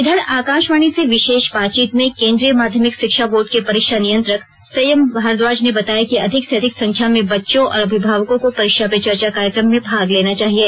इधर आकाशवाणी से विशेष बातचीत में केन्द्रीय माध्यमिक शिक्षा बोर्ड के परीक्षा नियंत्रक संयम भारद्वाज ने बताया कि अधिक से अधिक संख्या में बच्चों और अभिभावकों को परीक्षा पे चर्चा कार्यक्रम में भाग लेना चाहिए